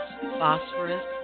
phosphorus